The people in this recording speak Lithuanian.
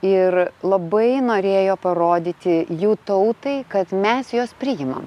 ir labai norėjo parodyti jų tautai kad mes juos priimam